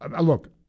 Look